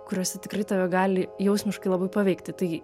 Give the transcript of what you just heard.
kurios tai tikrai tave gali jausmiškai labai paveikti